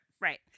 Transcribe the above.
Right